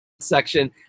section